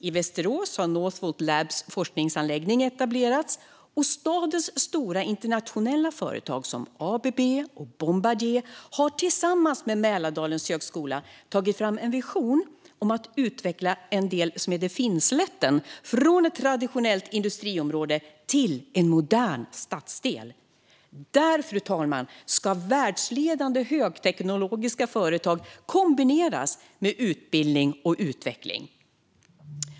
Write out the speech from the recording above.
I Västerås har Northvolt Labs forskningsanläggning etablerats, och stadens stora internationella företag, som ABB och Bombardier, har tillsammans med Mälardalens högskola tagit fram en vision om att utveckla en del som heter Finnslätten från traditionellt industriområde till modern stadsdel. Där ska världsledande högteknologiska företag kombineras med utbildning och utveckling.